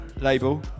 label